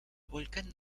volcán